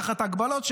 תחת הגבלות,